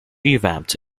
revamped